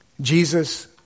Jesus